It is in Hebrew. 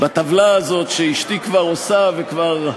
בטבלה הזאת שאשתי כבר עושה וכבר,